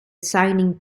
signing